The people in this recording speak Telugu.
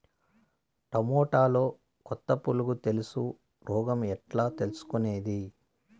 టమోటాలో కొత్త పులుగు తెలుసు రోగం ఎట్లా తెలుసుకునేది?